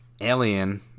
Alien